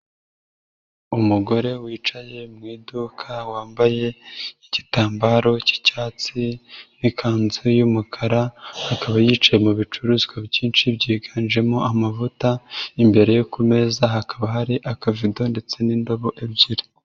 Umugore wicaye mu iduka wambaye igitambaro k'icyatsi n'ikanzu y'umukara, akaba yicaye mu bicuruzwa byinshi byiganjemo amavuta, imbere ku meza hakaba hari akavido ndetse n'indobo ebyiri.